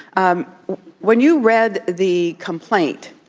um when you read the complaint.